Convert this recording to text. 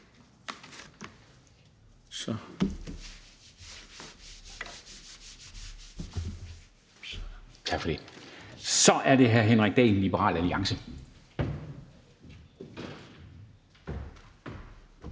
Så er det hr. Henrik Dahl, Liberal Alliance.